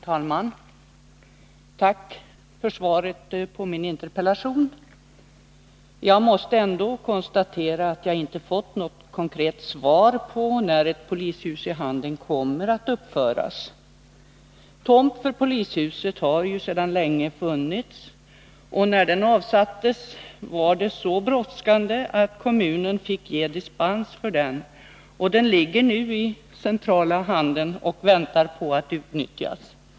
Fru talman! Tack för svaret på min interpellation! Jag måste dock konstatera att jag inte fått något konkret svar på frågan när ett polishus i Handen kommer att uppföras. Tomt för ett nytt polishus finns sedan länge. När tomten avsattes var det så brådskande att kommunen fick ge dispens. Den ligger nu i centrala Handen och väntar på att utnyttjas.